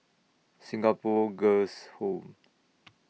Singapore Girls' Home